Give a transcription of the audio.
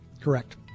Correct